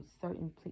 certain